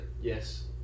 Yes